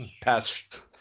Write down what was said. past